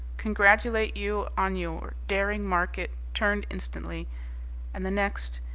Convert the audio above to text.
congratulate you on your daring market turned instantly and the next,